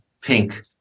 pink